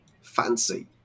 Fancy